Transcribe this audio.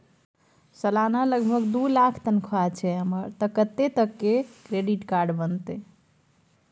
सलाना लगभग दू लाख तनख्वाह छै हमर त कत्ते तक के क्रेडिट कार्ड बनतै?